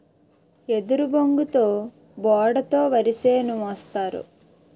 ఎదురుబొంగుతో బోడ తో వరిసేను మోస్తారు